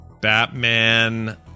Batman